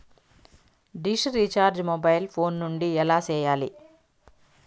dish recharge mobile phone నుండి ఎలా సేయాలి